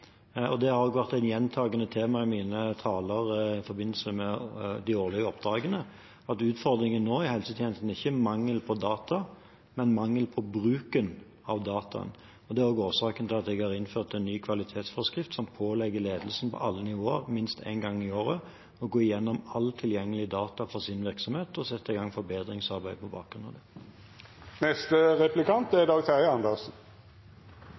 Det har også vært et gjentagende tema i mine taler i forbindelse med de årlige oppdragene, at utfordringen i helsetjenesten nå ikke er mangel på data, men manglende bruk av data. Det er også årsaken til at jeg har innført en ny kvalitetsforskrift som pålegger ledelsen på alle nivåer å gå igjennom all tilgjengelig data fra sin virksomhet minst én gang i året og sette i gang forbedringsarbeid på bakgrunn av